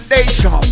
Nation